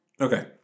Okay